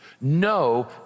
No